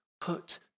put